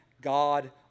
God